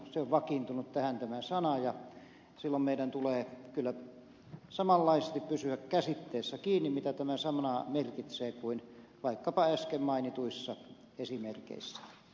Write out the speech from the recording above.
se on vakiintunut tähän tämä sana ja silloin meidän tulee kyllä samanlaisesti pysyä käsitteissä kiinni mitä tämä sana merkitsee kuin vaikkapa äsken mainituissa esimerkeissä